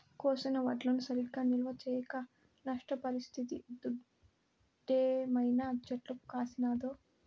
కోసిన వడ్లను సరిగా నిల్వ చేయక నష్టపరిస్తిది దుడ్డేమైనా చెట్లకు కాసినాదో